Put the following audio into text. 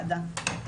מיריות....